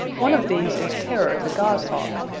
one of these is terror the goshawk.